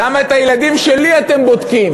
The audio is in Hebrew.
למה את הילדים שלי אתם בודקים